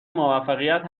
موفقیت